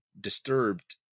disturbed